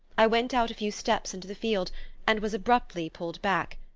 i went out a few steps into the field and was abruptly pulled back.